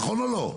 נכון או לא?